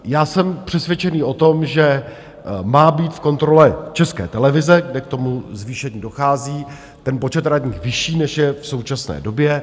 Já jsem přesvědčený o tom, že má být v kontrole České televize, kde k tomu zvýšení dochází, ten počet radních vyšší, než je v současné době.